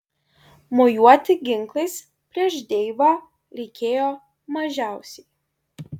mojuoti ginklais prieš deivą reikėjo mažiausiai